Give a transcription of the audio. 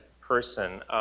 person